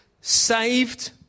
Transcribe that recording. saved